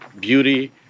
beauty